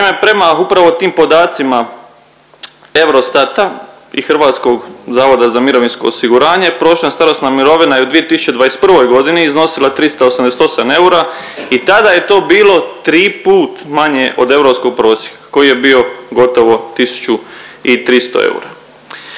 prema upravo tim podacima Eurostata i HZMO-a prosječna starosna mirovina je u 2021.g. iznosila 388 eura i tada je to bilo triput manje od europskog prosjeka koji je bio gotovo 1300 eura.